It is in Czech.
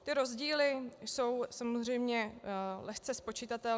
Ty rozdíly jsou samozřejmě lehce spočitatelné.